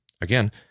Again